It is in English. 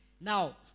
now